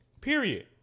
Period